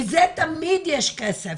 לזה תמיד יש כסף.